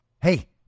Hey